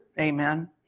amen